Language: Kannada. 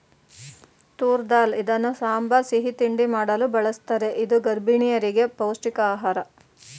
ತೂರ್ ದಾಲ್ ಇದನ್ನು ಸಾಂಬಾರ್, ಸಿಹಿ ತಿಂಡಿ ಮಾಡಲು ಬಳ್ಸತ್ತರೆ ಇದು ಗರ್ಭಿಣಿಯರಿಗೆ ಪೌಷ್ಟಿಕ ಆಹಾರ